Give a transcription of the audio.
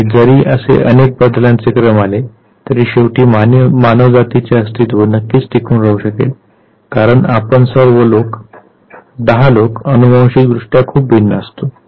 आणि जरी असे अनेक बदलांचे क्रम आले तरी शेवटी मानवजातीचे अस्तित्व नक्कीच टिकून राहू शकेल कारण आपण सर्व 10 लोक अनुवांशिकदृष्ट्या खूप भिन्न असतो